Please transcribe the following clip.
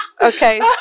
Okay